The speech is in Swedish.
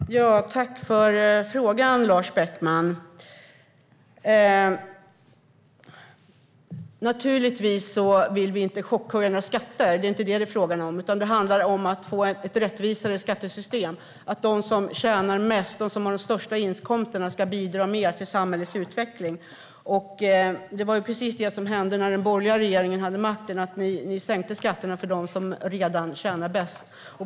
Fru talman! Tack för frågan, Lars Beckman! Naturligtvis vill vi inte chockhöja några skatter. Det är det inte fråga om. Det handlar om att få ett rättvisare skattesystem, det vill säga att de som tjänar mest, de största inkomsterna, ska bidra mer till samhällets utveckling. Det var precis det som hände när den borgerliga regeringen hade makten, det vill säga ni sänkte skatterna för dem som redan tjänar bäst.